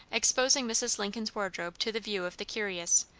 exposing mrs. lincoln's wardrobe to the view of the curious,